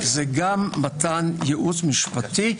זה גם מתן ייעוץ משפטי.